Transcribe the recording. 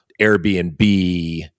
Airbnb